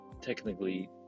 technically